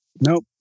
Nope